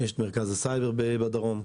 יש את מרכז הסייבר בדרום,